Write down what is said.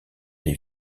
les